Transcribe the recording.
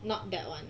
not that one